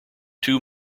two